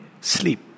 sleep